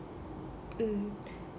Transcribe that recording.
mm